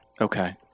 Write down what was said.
Okay